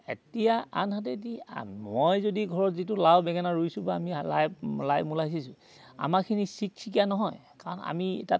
এতিয়া আনহাতেদি আমি মই যদি ঘৰত যিটো লাও বেঙেনা ৰুইছোঁ বা আমি লাই লাই মূলা সিচিছোঁ আমাৰখিনি চিকচিকীয়া নহয় কাৰণ আমি তাত